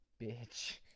Bitch